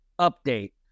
update